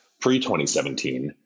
Pre-2017